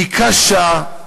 היא קשה,